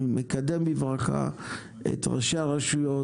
אני מקדם בברכה את ראשי הרשויות,